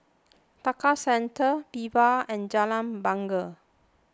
Tekka Centre Viva and Jalan Bungar